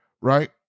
Right